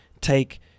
take